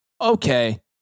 Okay